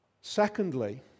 Secondly